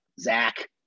Zach